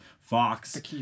fox